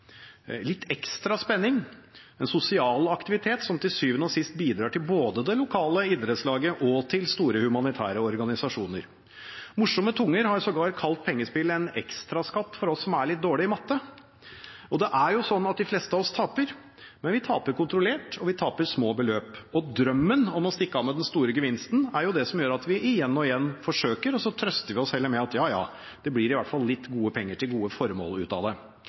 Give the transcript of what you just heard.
litt ekstra spenning og en sosial aktivitet som til syvende og sist bidrar til både det lokale idrettslaget og til store humanitære organisasjoner. Morsomme tunger har sågar kalt pengespill en ekstraskatt for oss som er litt dårlige i matte, og det er jo sånn at de fleste av oss taper, men vi taper kontrollert, og vi taper små beløp. Drømmen om å stikke av med den store gevinsten er det som gjør at vi forsøker igjen og igjen, og så trøster vi oss med at det iallfall blir litt penger til gode formål ut av det.